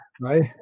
right